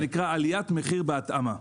זה נקרא: עליית מחיר בהתאמה.